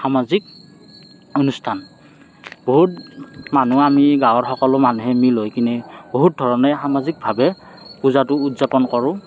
সামাজিক অনুষ্ঠান বহুত মানুহ আমি গাঁৱৰ সকলো মানুহ মিল হৈ কেনে বহুত ধৰণে সামাজিকভাৱে পূজাটো উদযাপন কৰোঁ